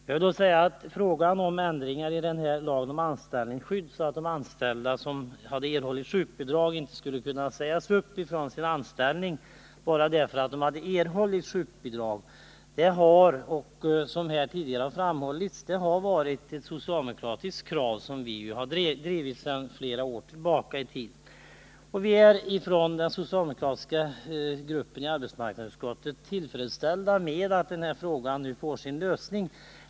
Jag vill då säga att en ändring i lagen om anställningsskydd så att de anställda som erhållit sjukbidrag inte skall kunna sägas upp från sin anställning bara därför att de erhållit sjukbidrag har varit, som tidigare framhållits, ett socialdemokratiskt krav som vi drivit sedan flera år tillbaka. Vi i den socialdemokratiska gruppen i arbetsmarknadsutskottet är tillfredsställda med att frågan nu får sin lösning.